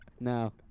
No